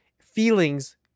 feelings